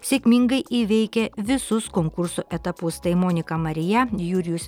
sėkmingai įveikę visus konkurso etapus tai monika marija jurijus